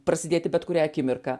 prasidėti bet kurią akimirką